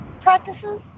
practices